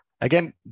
Again